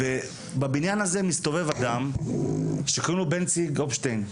בבניין הזה, מסתובב אדם שקוראים לו בנצי גופשטיין.